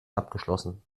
abgeschlossen